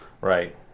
Right